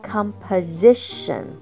Composition